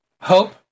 Hope